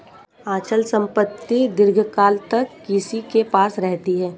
अचल संपत्ति दीर्घकाल तक किसी के पास रहती है